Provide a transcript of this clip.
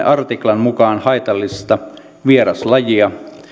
artiklan mukaan haitallista vieraslajia